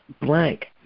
blank